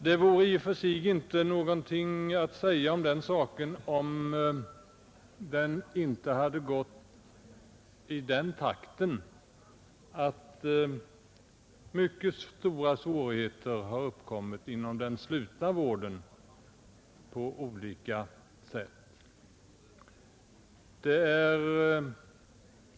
Det vore i och för sig inte någonting att säga om den saken, om den inte hade gått i den takten att mycket stora svårigheter i olika avseenden uppkommit inom den slutna vården.